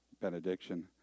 benediction